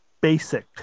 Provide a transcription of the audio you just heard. basic